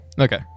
okay